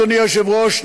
אדוני היושב-ראש,